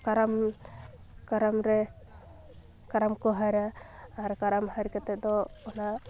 ᱠᱟᱨᱟᱢ ᱠᱟᱨᱟᱢᱨᱮ ᱠᱟᱨᱟᱢ ᱠᱚ ᱦᱟᱹᱨᱟ ᱟᱨ ᱠᱟᱨᱟᱢ ᱦᱟᱹᱨ ᱠᱟᱛᱮ ᱫᱚ ᱚᱱᱟ